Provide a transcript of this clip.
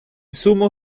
sumo